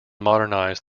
modernize